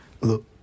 Look